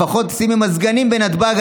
לפחות שימי מזגנים בנתב"ג.